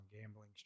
gambling